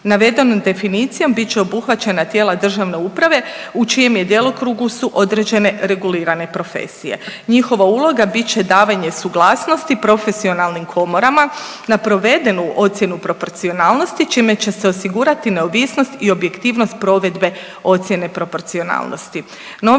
Navedenom definicijom bit će obuhvaćena tijela državne uprave u čijem su djelokrugu određene regulirane profesije. Njihova uloga bit će davanje suglasnosti profesionalnim komorama na provedenu ocjenu proporcionalnosti čime će se osigurati neovisnost i objektivnost provedbe ocjene proporcionalnosti.